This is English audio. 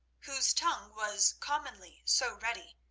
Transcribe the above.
whose tongue was commonly so ready,